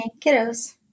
kiddos